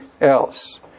else